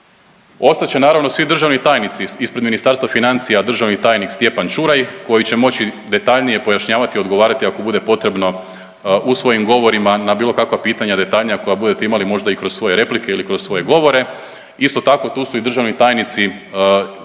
Ostat će naravno svi državni tajnici ispred Ministarstva financija, državni tajnik Stjepan Čuraj koji će moći detaljnije pojašnjavati i odgovarati, ako bude potrebno u svojim govorima na bilo kakva pitanja detaljnija koja budete imali možda i kroz svoje replike ili kroz svoje govore. Isto tako, tu su i državni tajnici